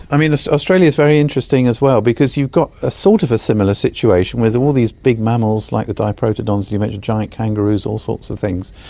um yes, australia is very interesting as well because you've got a sort of a similar situation with all these big mammals like the diprotodons you mentioned, giant kangaroos, all sorts of things.